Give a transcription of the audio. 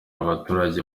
abaturage